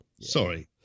Sorry